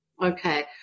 Okay